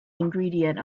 ingredient